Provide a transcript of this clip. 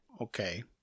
Okay